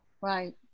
Right